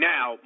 Now